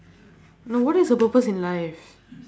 no what is the purpose in life